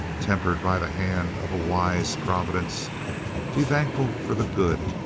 tempered by the hand of a wise providence be thankful for the good,